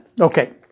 Okay